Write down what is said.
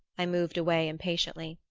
i moved away impatiently.